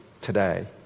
today